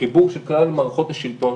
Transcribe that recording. חיבור של כלל מערכות השלטון